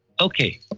Okay